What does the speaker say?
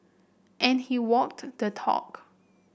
and he walked the talk